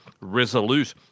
resolute